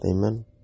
amen